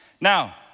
Now